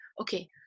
okay